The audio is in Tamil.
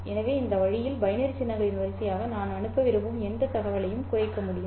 எனவே இந்த வழியில் பைனரி சின்னங்களின் வரிசையாக நான் அனுப்ப விரும்பும் எந்த தகவலையும் குறைக்க முடியும்